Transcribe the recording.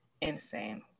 insane